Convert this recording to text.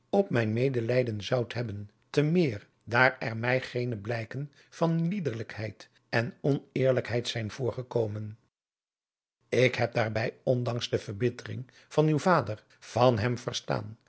op mijn medelijden zoudt hebben te meer daar er mij geene blijken van liederlijkheid en oneerlijkheid zijn voorgekomen ik heb daarbij ondanks de verbittering van uw vader van hem verstaan